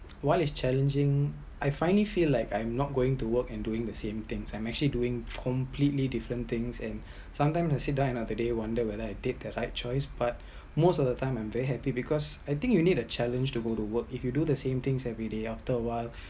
while is challenging I’m finely feel like I’m not going to work and doing the same thing I’m actually doing completely different things and sometime I sit down after the day wonder I did the right choice but most of the time I’m very happy because I think you need the challenge to go to work if you do the same things everyday after awhile